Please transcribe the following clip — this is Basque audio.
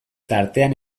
tartean